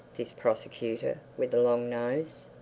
this prosecutor, with a long nose.